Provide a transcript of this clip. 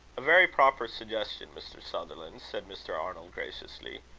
a very proper suggestion, mr. sutherland, said mr. arnold, graciously.